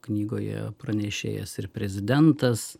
knygoje pranešėjas ir prezidentas